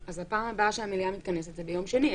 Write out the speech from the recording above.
אז הפעם הבאה שהמליאה מתכנסת זה ביום שני,